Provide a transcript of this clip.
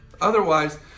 Otherwise